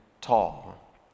tall